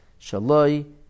shaloi